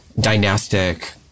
dynastic